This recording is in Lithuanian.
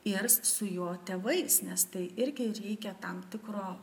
ir su jo tėvais nes tai irgi reikia tam tikro